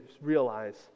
realize